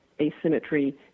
asymmetry